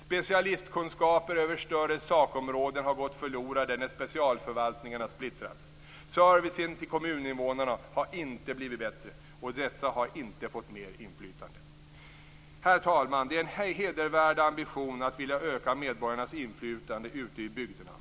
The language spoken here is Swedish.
Specialistkunskaper över större sakområden har gått förlorade när specialförvaltningarna splittrats. Servicen till kommuninvånarna har inte blivit bättre, och dessa har inte fått mer inflytande. Herr talman! Det är en hedervärd ambition att vilja öka medborgarnas inflytande ute i bygderna.